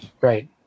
Right